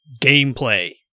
Gameplay